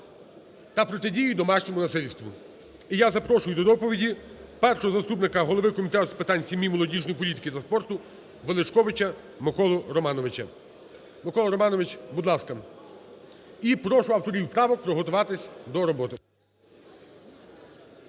та протидії домашньому насильству. І я запрошую до доповіді першого заступника голови Комітету з питань сім'ї, молодіжної політики та спорту Величковича Миколу Романовича. Микола Романович, будь ласка. І прошу авторів правок приготуватись до роботи.